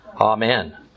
Amen